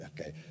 okay